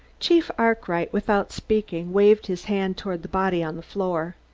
chief arkwright, without speaking, waved his hand toward the body on the floor.